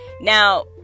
Now